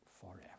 forever